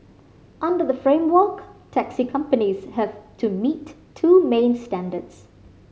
under the framework taxi companies have to meet two main standards